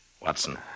Watson